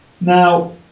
Now